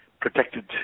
protected